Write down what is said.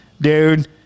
dude